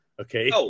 okay